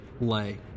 lay